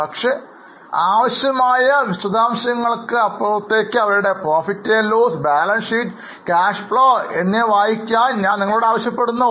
പക്ഷേ ആവശ്യമായ വിശദാംശങ്ങൾക്ക് അപ്പുറത്തേക്ക് അവരുടെ PL balance sheet Cash Flow എന്നിവ വായിക്കാൻ ഞാൻ നിങ്ങളോട് ആവശ്യപ്പെടുന്നു